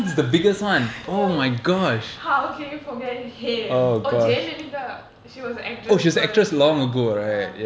ya how can you forget him oh Jayalalitha she was a actress for ya ya